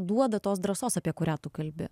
duoda tos drąsos apie kurią tu kalbi